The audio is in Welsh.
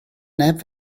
neb